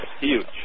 huge